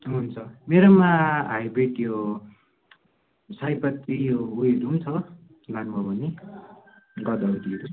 हुन्छ मेरोमा हाइब्रिड त्यो सयपत्री यो हुन्छ लानुभयो भने गोदावरीहरू